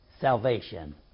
salvation